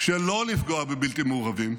שלא לפגוע בבלתי מעורבים,